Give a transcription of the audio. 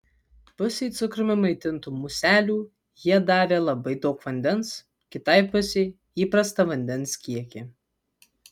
pusei cukrumi maitintų muselių jie davė labai daug vandens kitai pusei įprastą vandens kiekį